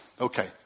Okay